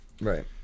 Right